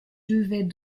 devait